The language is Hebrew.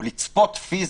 או לצפות פיזית,